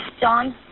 John